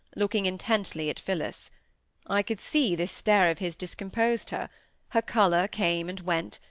looking intently at phillis i could see this stare of his discomposed her her colour came and went,